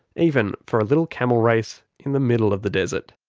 even for a little camel race, in the middle of the desert.